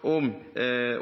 om